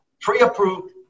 pre-approved